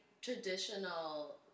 traditional